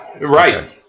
right